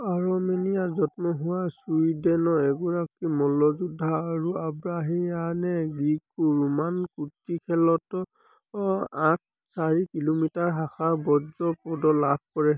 আৰমেনিয়াত জন্ম হোৱা ছুইডেনৰ এগৰাকী মল্লযোদ্ধা আৰা আব্ৰাহামিয়ানে গ্ৰিকো ৰোমান কুস্তিখেলত আঠ চাৰি কিলোমিটাৰ শাখাত ব্ৰঞ্জৰ পদক লাভ কৰে